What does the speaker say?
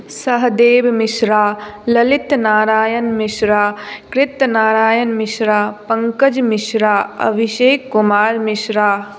Sahdev Mishra Lalit Narayan Mishra Kritya Narayan Mishra Pankaj Mishra Abhishek Kumar Mishra